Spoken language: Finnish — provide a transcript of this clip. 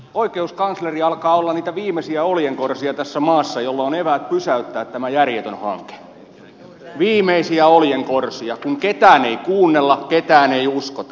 oikeuskansleri alkaa olla tässä maassa niitä viimeisiä oljenkorsia joilla on eväät pysäyttää tämä järjetön hanke viimeisiä oljenkorsia kun ketään ei kuunnella ketään ei uskota